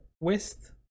west